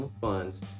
funds